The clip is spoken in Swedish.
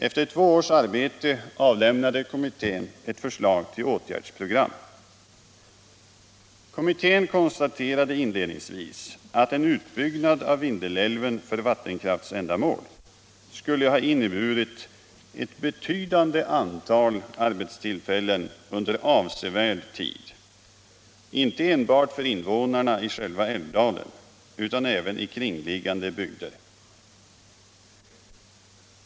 Efter två års arbete inlämnade kommittén ett förslag till åtgärdsprogram. Kommittén konstaterade inledningsvis att en utbyggnad av Vindelälven för vattenkraftsändamål skulle ha inneburit ett betydande antal arbetstillfällen under avsevärd tid inte bara för invånarna i själva älvdalen utan även i kringliggande bygder.